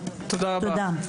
תודה רבה.